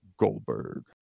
Goldberg